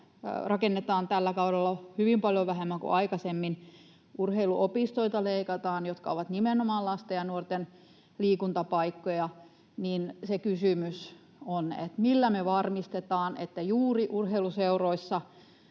rakennetaan tällä kaudella hyvin paljon vähemmän kuin aikaisemmin. Urheiluopistoilta, jotka ovat nimenomaan lasten ja nuorten liikuntapaikkoja, leikataan. Kysymys on, millä me varmistetaan, että juuri urheiluseuroissa,